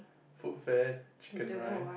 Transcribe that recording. Foodfare chicken rice